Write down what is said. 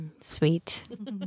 sweet